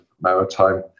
maritime